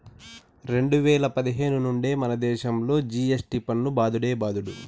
రెండు వేల పదిహేను నుండే మనదేశంలో జి.ఎస్.టి పన్ను బాదుడే బాదుడు